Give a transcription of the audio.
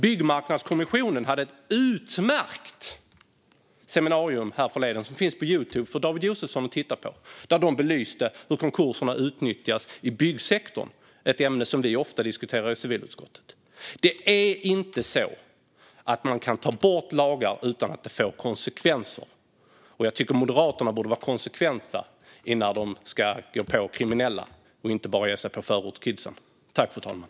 Byggmarknadskommissionen hade ett utmärkt seminarium härförleden. Det finns på Youtube för David Josefsson att titta på. Där belyser man hur konkurserna utnyttjas i byggsektorn, ett ämne som vi i civilutskottet ofta diskuterar. Man kan inte ta bort lagar utan att det får konsekvenser. Jag tycker att Moderaterna borde vara konsekventa när de går på kriminella, så att de inte bara ger sig på förortskidsen.